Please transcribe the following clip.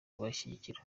kubashyigikira